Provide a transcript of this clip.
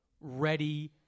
ready